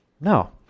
No